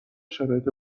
شرایط